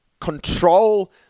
control